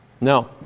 No